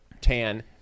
tan